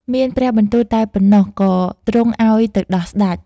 មានព្រះបន្ទូលតែប៉ុណ្ណោះ ក៏ទ្រង់អោយទៅដោះស្ដេច។